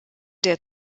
der